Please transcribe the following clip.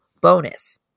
bonus